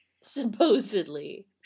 supposedly